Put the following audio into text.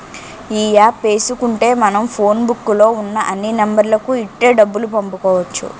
ఈ యాప్ ఏసుకుంటే మనం ఫోన్ బుక్కు లో ఉన్న అన్ని నెంబర్లకు ఇట్టే డబ్బులు పంపుకోవచ్చు